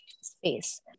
space